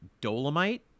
Dolomite